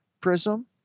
prism